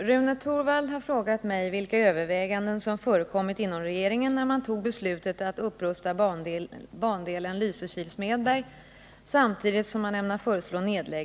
Pressmeddelanden från kommunikationsdepartementet duggar tätt i dessa dagar. Det vore en ynnest, som riksdagen i och för sig inte borde behöva be om, att få propositionerna i samma tempo.